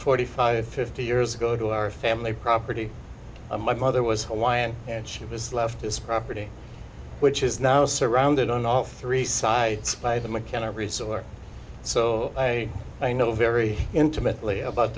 forty five fifty years ago to our family property and my mother was hawaiian and she was left this property which is now surrounded on all three sides by the mckenna resort so i i know very intimately about